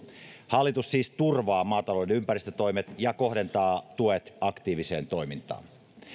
hallitus siis turvaa maatalouden ympäristötoimet ja kohdentaa tuet aktiiviseen toimintaan